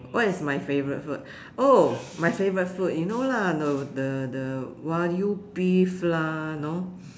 what is my favourite food oh my favourite food you know lah the the the Wagyu beef lah you know